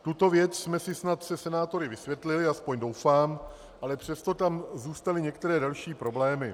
Tuto věc jsme si snad se senátory vysvětlili, aspoň doufám, ale přesto tam zůstaly některé další problémy.